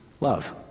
love